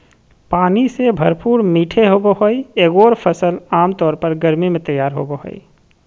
पानी से भरपूर मीठे होबो हइ एगोर फ़सल आमतौर पर गर्मी में तैयार होबो हइ